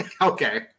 Okay